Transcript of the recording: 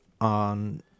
on